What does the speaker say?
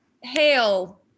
hail